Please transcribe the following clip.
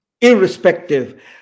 irrespective